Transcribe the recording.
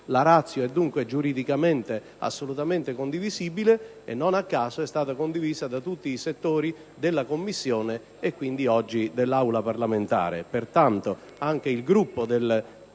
La *ratio* è dunque giuridicamente assolutamente condivisibile e, non a caso, è stata condivisa da tutti i settori della Commissione, e oggi dell'Aula. Pertanto,